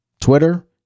Twitter